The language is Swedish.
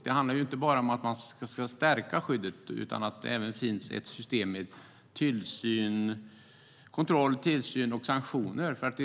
Det handlar inte bara om att stärka skyddet, utan det är viktigt att det även finns ett system för kontroll, tillsyn och sanktioner.